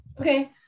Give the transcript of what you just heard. Okay